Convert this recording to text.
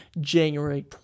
January